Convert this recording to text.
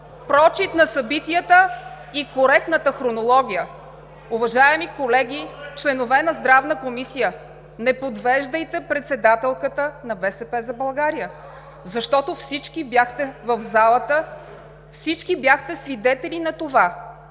прочит на събитията и коректната хронология. (Шум и реплики.) Уважаеми колеги, членове на Здравна комисия! Не подвеждайте председателката на „БСП за България“, защото всички бяхте в залата, всички бяхте свидетели на това,